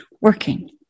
working